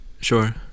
Sure